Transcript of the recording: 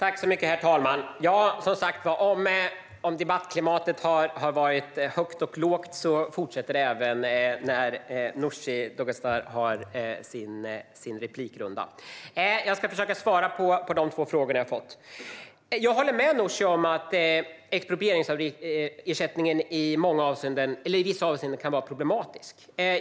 Herr talman! Som sagt: Om debattklimatet har varit högt och lågt fortsätter detta även när Nooshi Dadgostar har sin replikrunda, men jag ska försöka svara på de två frågor jag har fått. Jag håller med Nooshi om att expropriationsersättningen i vissa avseenden kan vara problematisk.